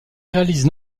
réalisent